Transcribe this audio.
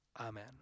Amen